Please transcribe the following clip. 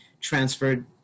transferred